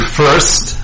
first